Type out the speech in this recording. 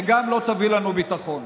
וגם לא תביא לנו ביטחון.